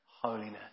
Holiness